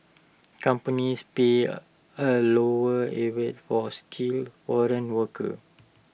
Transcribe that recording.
companies pay A lower levy for skilled foreign workers